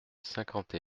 cinquante